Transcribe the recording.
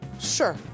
Sure